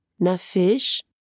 Nafish